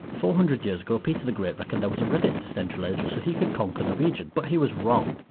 four hundred years ago, peter thegreat reckoned there was a river into central asia so he could conquer the region. but he was wrong.